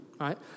right